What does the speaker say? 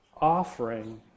offering